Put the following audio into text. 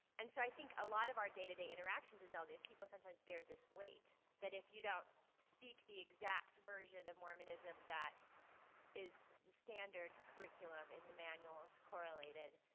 and so, i think a lot of our day-to-day interactions as ah lds people sometimes bear this weight. that if you don't speak the exact version of mormonism that is standard curriculum in the manuals correlated,